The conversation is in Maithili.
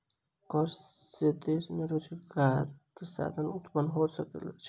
कर से देश में रोजगार के साधन उत्पन्न भ सकै छै